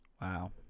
wow